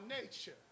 nature